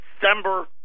December